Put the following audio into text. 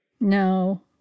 No